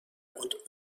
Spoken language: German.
und